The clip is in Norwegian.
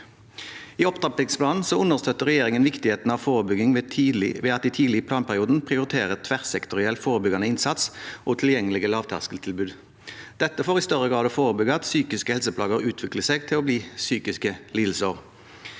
I opptrappingsplanen understøtter regjeringen viktigheten av forebygging ved at de tidlig i planperioden prioriterer tverrsektoriell forebyggende innsats og tilgjengelige lavterskeltilbud – dette for i større grad å forebygge at psykiske helseplager utvikler seg til å bli psykiske lidelser.